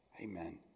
Amen